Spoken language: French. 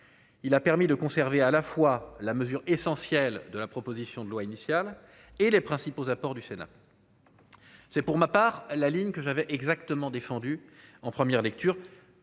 il a permis de conserver à la fois la mesure essentielle de la proposition de loi initial et les principaux apports du Sénat. C'est pour ma part la ligne que j'avais exactement défendu en première lecture,